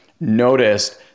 noticed